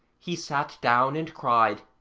he sat down and cried,